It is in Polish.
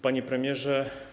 Panie Premierze!